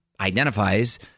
identifies